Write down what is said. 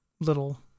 little